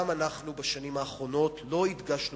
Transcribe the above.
גם אנחנו בשנים האחרונות לא הדגשנו